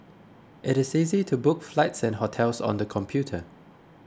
it is easy to book flights and hotels on the computer